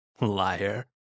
Liar